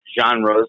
genres